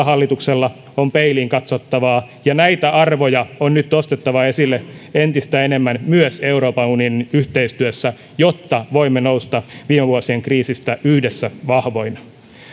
hallituksella on peiliin katsottavaa ja näitä arvoja on nyt nostettava esille entistä enemmän myös euroopan unionin yhteistyössä jotta voimme nousta viime vuosien kriisistä yhdessä vahvoina